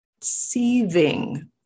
seething